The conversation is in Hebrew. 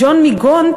ג'ון מגונט,